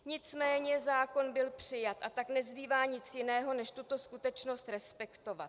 Nicméně zákon byl přijat, a tak nezbývá nic jiného než tuto skutečnost respektovat.